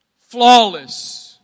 flawless